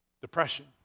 Depression